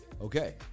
Okay